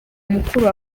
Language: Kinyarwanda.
mukuru